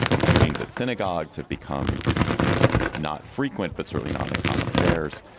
shootings at synagogues have become not frequent, but certainly not uncommon affairs.